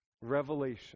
revelation